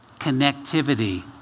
connectivity